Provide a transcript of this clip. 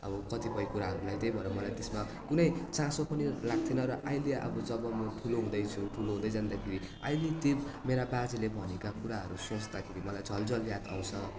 अब कतिपय कुराहरूलाई त्यही भएर मलाई त्यसमा कुनै चासो पनि लाग्थेन र अहिले अब जब म ठुलो हुँदैछु ठुलो हुँदै जाँदाखेरि अहिले ती मेरा बाजेले भनेका कुराहरू सोच्दाखेरि मलाई झलझल याद आउँछ